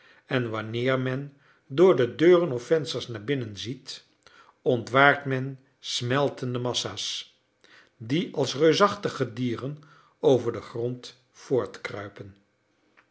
en wanneer men door de deuren of vensters naar binnen ziet ontwaart men smeltende massa's die als reusachtige dieren over den grond